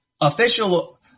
Official